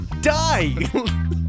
Die